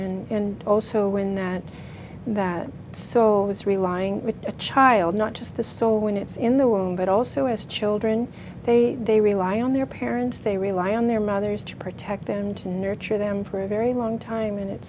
and also when that that so is relying on a child not just the store when it's in the womb but also as children they they rely on their parents they rely on their mothers to protect them to nurture them for a very long time and it